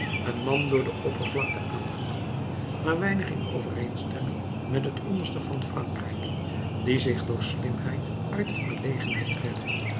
een man door de oppervlakte aangenomen maar weinig in overeenstemming met het onderste van frankrijk die zich door slimheid uit de verlegenheid redde